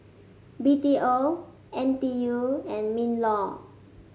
B T O N T U and Minlaw